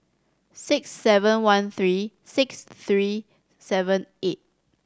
six seven one three six three seven eight